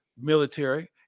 military